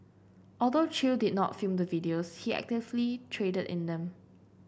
although Chew did not film the videos he actively traded in them